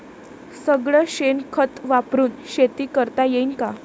सगळं शेन खत वापरुन शेती करता येईन का?